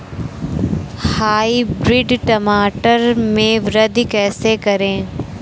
Hybrid टमाटर में वृद्धि कैसे करें?